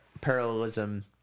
parallelism